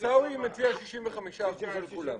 עיסאווי מציע 65% על כולם.